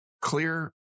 clear